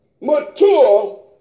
Mature